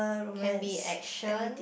can be action